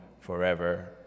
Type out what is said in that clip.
forever